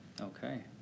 okay